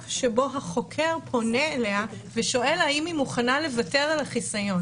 שבו החוקר פונה אליה ושואל האם היא מוכנה לוותר על החיסיון,